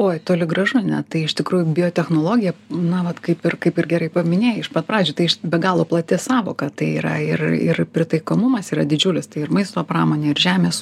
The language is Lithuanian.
oi toli gražu ne tai iš tikrųjų biotechnologija na vat kaip ir kaip ir gerai paminėjai iš pat pradžių tai iš be galo plati sąvoka tai yra ir ir pritaikomumas yra didžiulis tai ir maisto pramonė ir žemės